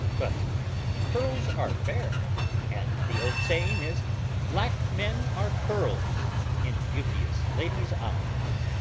but pearls are fair and the old saying is black men are pearls in beauteous ladies' eyes.